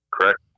Correct